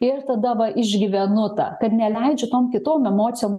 ir tada va išgyvenu tą kad neleidžiu tom kitom emocijom